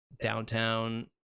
downtown